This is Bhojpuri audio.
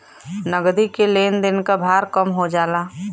नगदी के लेन देन क भार कम हो जाला